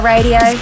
Radio